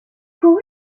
couru